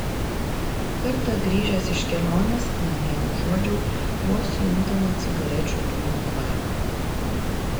kartą grįžęs iš kelionės namie užuodžiau vos juntamą cigarečių dūmų kvapą